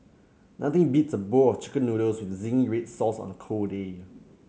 nothing beats a bowl of chicken noodles with zingy red sauce on a cold day